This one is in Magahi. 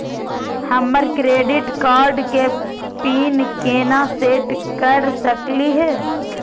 हमर क्रेडिट कार्ड के पीन केना सेट कर सकली हे?